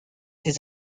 his